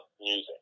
music